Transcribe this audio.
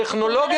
זאת אומרת,